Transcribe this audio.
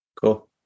Cool